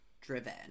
driven